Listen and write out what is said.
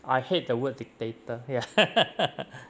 I hate the word dictator ya